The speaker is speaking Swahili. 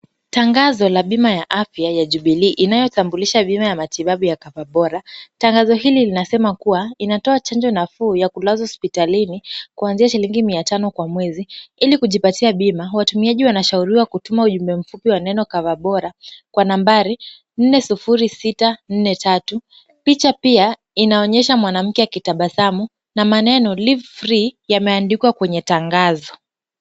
Tangazo la bima ya afya ya Jubilee inayotambulisha bima ya matibabu ya Cover bora. Tangazo hili linasema kuwa inatoa chanjo nafuu ya kulazwa hospitalini kuanzia shilingi mia tano kwa mwezi. Ili kujipatia bima watumiaji wanashauriwa kutuma ujumbe mfupi wa neno Cover bora kwa nambari nne sufuri sita nne tatu. Picha pia inaonyesha mwanamke akitabasamu na maneno Live Free yameandikwa kwenye tangazo.